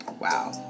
Wow